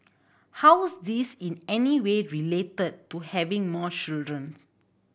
how's this in any way related to having more children